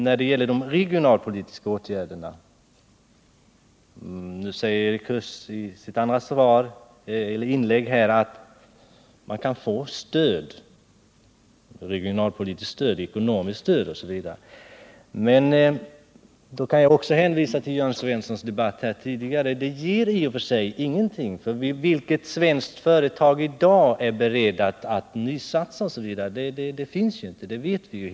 Nu säger Erik Huss i sitt andra inlägg att man kan få regionalpolitiskt stöd, ekonomiskt stöd osv. Men då kan jag hänvisa till den debatt som Jörn Svensson förde här tidigare i dag och betona att sådant stöd inte ger någonting. Vilket svenskt företag är i dag berett att nysatsa? Det finns ju inga företag som är beredda till det.